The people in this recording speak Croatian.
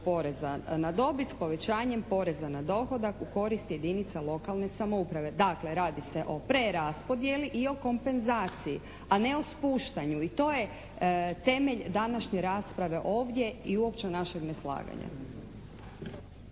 poreza na dobit s povećanjem poreza na dohodak u korist jedinica lokalne samouprave. Dakle radi se o preraspodjeli i o kompenzaciji, a ne o spuštanju i to je temelj današnje rasprave ovdje i uopće našeg neslaganja.